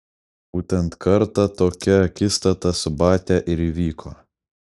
būtent kartą tokia akistata su batia ir įvyko